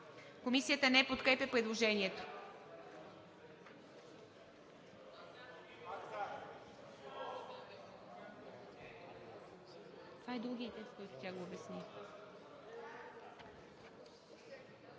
Комисията не подкрепя предложението.